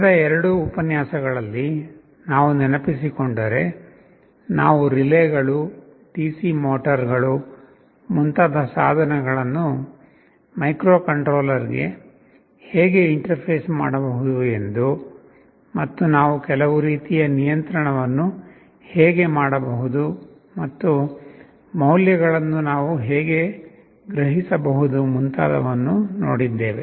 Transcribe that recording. ಕಳೆದ ಎರಡು ಉಪನ್ಯಾಸಗಳಲ್ಲಿ ನಾವು ನೆನಪಿಸಿಕೊಂಡರೆ ನಾವು ರಿಲೇಗಳು ಡಿಸಿ ಮೋಟರ್ಗಳು ಮುಂತಾದ ಸಾಧನಗಳನ್ನು ಮೈಕ್ರೊಕಂಟ್ರೋಲರ್ಗೆ ಹೇಗೆ ಇಂಟರ್ಫೇಸ್ ಮಾಡಬಹುದು ಎಂದು ಮತ್ತು ನಾವು ಕೆಲವು ರೀತಿಯ ನಿಯಂತ್ರಣವನ್ನು ಹೇಗೆ ಮಾಡಬಹುದು ಮತ್ತು ಮೌಲ್ಯಗಳನ್ನು ನಾವು ಹೇಗೆ ಗ್ರಹಿಸಬಹುದು ಮುಂತಾದವನ್ನು ನೋಡಿದ್ದೇವೆ